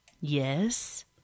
Yes